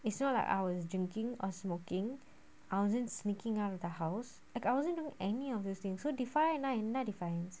it's not like I was drinking or smoking I wasn't sneaking out of the house like I wasn't doing any of these things so define mine defiance